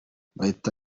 bahati